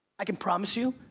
i can promise you,